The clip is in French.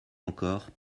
encore